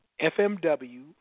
FMW